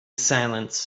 silence